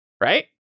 right